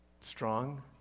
Strong